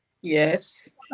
Yes